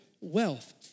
wealth